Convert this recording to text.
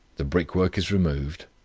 the brickwork is removed,